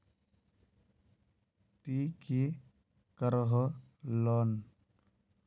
ती की करोहो लोन?